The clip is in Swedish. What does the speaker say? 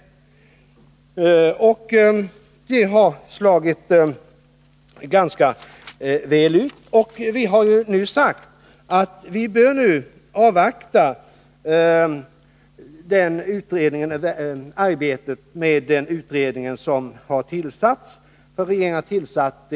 Verksamheten har slagit ganska väl ut, och vi har nu sagt att vi bör avvakta den utredning som görs av den utredare som regeringen tillsatt.